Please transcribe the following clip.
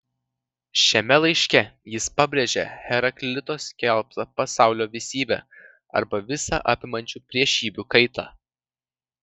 šiame laiške jis pabrėžia heraklito skelbtą pasaulio visybę arba visą apimančią priešybių kaitą